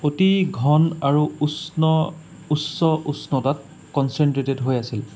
অতি ঘন আৰু উষ্ণ উচ্চ উষ্ণতাত কনচেন্ট্ৰেটেড হৈ আছিল